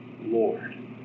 Lord